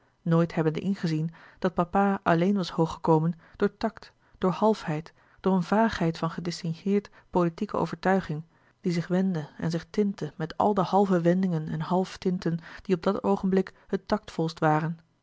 nooit hebbende ingezien dat papa alleen was hoog gekomen door tact door halfheid louis couperus de boeken der kleine zielen door een vaagheid van gedistingeerd politieke overtuiging die zich wendde en zich tintte met al de halve wendingen en halftinten die op dat oogenblik het tactvolst waren